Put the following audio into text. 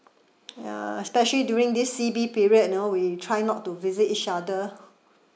ya especially during this C_B period you know we try not to visit each other